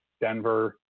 Denver